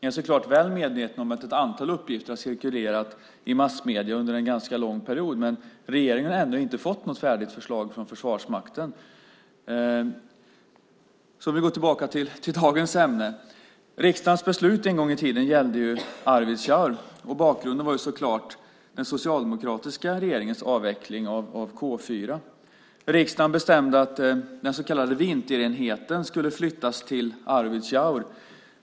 Jag är väl medveten om att ett antal uppgifter har cirkulerat i massmedier under en ganska lång period, men regeringen har ännu inte fått något färdigt förslag från Försvarsmakten. Så ska jag gå tillbaka till dagens ämne. Riksdagens beslut en gång i tiden gällde ju Arvidsjaur, och bakgrunden var så klart den socialdemokratiska regeringens avveckling av K 4. Riksdagen bestämde att den så kallade vinterenheten skulle flyttas till Arvidsjaur.